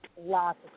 lots